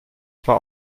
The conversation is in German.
zwar